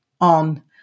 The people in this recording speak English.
on